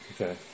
Okay